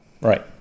Right